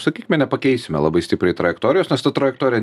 sakykime nepakeisime labai stipriai trajektorijos nes ta trajektorija